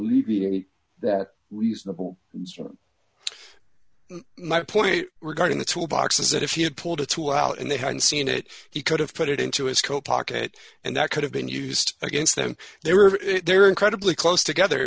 alleviate that reasonable my point regarding the tool box is that if he had pulled a tool out and they had seen it he could have put it into his coat pocket and that could have been used against them they were there incredibly close together